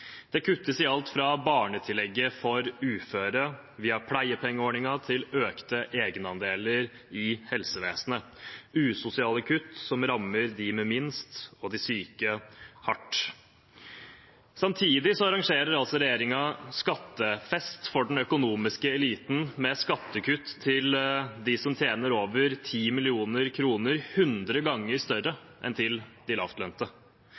Det kuttes i alt fra barnetillegget for uføre via pleiepengeordningen til økte egenandeler i helsevesenet – usosiale kutt som rammer dem med minst og de syke hardt. Samtidig arrangerer altså regjeringen skattefest for den økonomiske eliten med skattekutt til dem som tjener over 10 mill. kr, som er 100 ganger større enn dem til de lavtlønte.